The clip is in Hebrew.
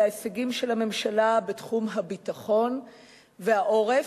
להישגים של הממשלה בתחום הביטחון והעורף.